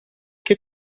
che